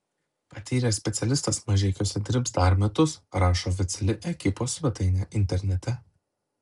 patyręs specialistas mažeikiuose dirbs dar metus rašo oficiali ekipos svetainė internete